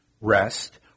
rest